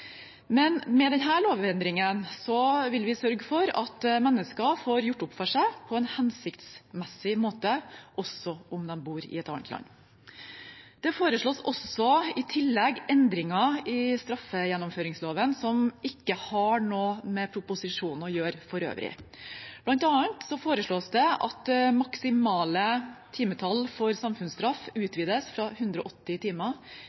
men med denne lovendringen vil vi sørge for at mennesker får gjort opp for seg på en hensiktsmessig måte også om de bor i et annet land. Det foreslås i tillegg endringer i straffegjennomføringsloven som ikke har noe med proposisjonen for øvrig å gjøre. Blant annet foreslås det at det maksimale timetall for samfunnsstraff utvides fra 180 timer